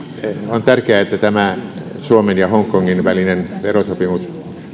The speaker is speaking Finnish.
on tärkeää että tämä suomen ja hongkongin välinen verosopimus